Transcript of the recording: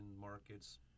markets